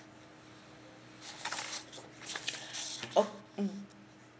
okay mm